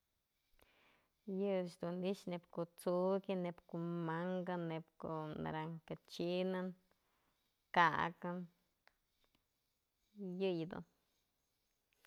Yë ëch dun i'ixë neyb ko'o tsu'ukyën, neyb ko'o mankë, neyb ko'o naranja china, ka'akën, yëyëdun.